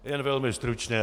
Jen velmi stručně.